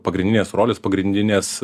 pagrindinės rolės pagrindinės